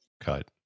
cut